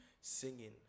singing